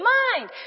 mind